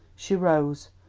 she rose,